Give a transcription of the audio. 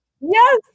Yes